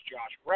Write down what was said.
Josh